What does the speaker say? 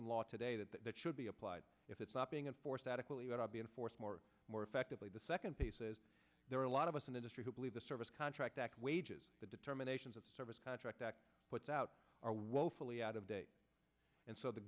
in law today that that should be applied if it's not being enforced adequately but are being forced more more effectively the second piece is there are a lot of us in industry who believe the service contract wages the determinations of service contract that puts out are woefully out of date and so the